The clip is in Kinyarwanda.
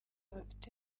bafite